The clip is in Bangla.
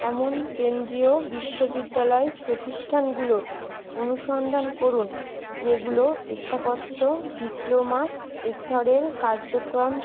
এমন কেন্দ্রীয় বিশ্ববিদ্যালয় প্রতিষ্ঠানগুলোর অনুসন্ধান করুন যেগুলো স্থাপত্য ডিপ্লোমা স্তরের কার্যক্রম